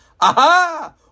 Aha